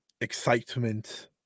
excitement